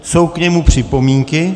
Jsou k němu připomínky?